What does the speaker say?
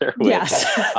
yes